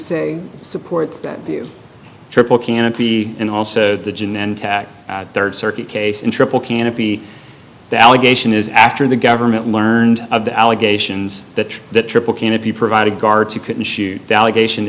say supports that view triple canopy and also the gin and tax third circuit case in triple canopy the allegation is after the government learned of the allegations that the triple canopy provided guards you couldn't shoot delegation